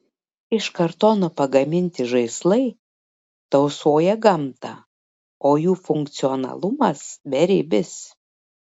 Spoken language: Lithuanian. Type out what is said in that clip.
iš kartono pagaminti žaislai tausoja gamtą o jų funkcionalumas beribis